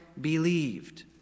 believed